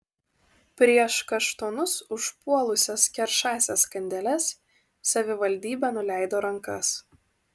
prieš kaštonus užpuolusias keršąsias kandeles savivaldybė nuleido rankas